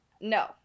no